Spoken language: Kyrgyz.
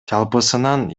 жалпысынан